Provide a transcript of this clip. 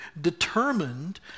determined